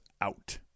out